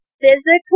physically